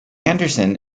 anderson